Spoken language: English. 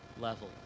level